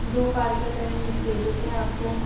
दो Parker pen दे देते हैं आपको